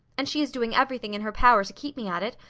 and she is doing everything in her power to keep me at it,